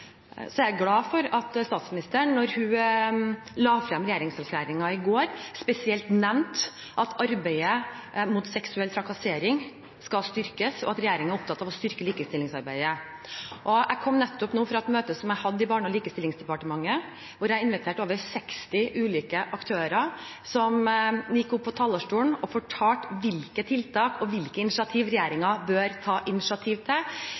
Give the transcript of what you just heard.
er også glad for at statsministeren da hun la frem regjeringserklæringen i går, spesielt nevnte at arbeidet mot seksuell trakassering skal styrkes, og at regjeringen er opptatt av å styrke likestillingsarbeidet. Jeg kom nå nettopp fra et møte i Barne- og likestillingsdepartementet, der jeg hadde invitert over 60 ulike aktører som gikk opp på talerstolen og fortalte hvilke tiltak regjeringen bør ta initiativ til